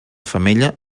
femella